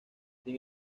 sin